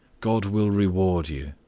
god will reward you!